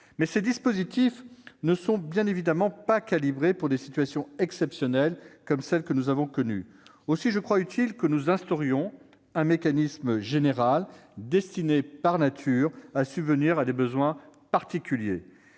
mais ces dispositifs ne sont bien évidemment pas calibrés pour des situations exceptionnelles comme celle que nous avons connue. Aussi, je crois utile que nous instaurions un mécanisme général destiné, par nature, à subvenir à des besoins particuliers.